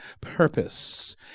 purpose